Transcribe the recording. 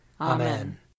Amen